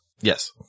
Yes